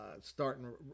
Starting